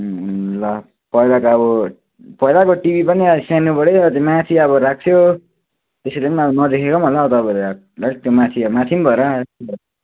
ल पहिलाको अब पहिलाको टिभी पनि अब सानोबडे माथि अब राख्थ्यो त्यसरी पनि अब नदेखेको पनि होला हौ अब त्यो माथि माथि पनि भएर